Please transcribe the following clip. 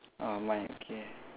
ah mine okay